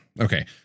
okay